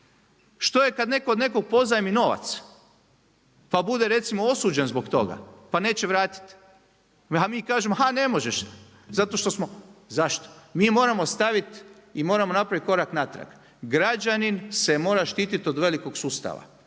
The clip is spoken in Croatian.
Što je kad netko od nekog pozajmi novac pa bude recimo osuđen zbog toga pa neće vratiti, a mi kažemo ha, ne možeš, zato što smo. Zašto? Mi moramo staviti i moramo napraviti korak natrag. Građanin se mora štititi od velikog sustava